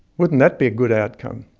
wouldn't that be a good outcome?